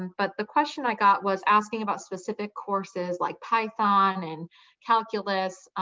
but the question i got was asking about specific courses like python and calculus.